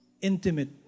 intimate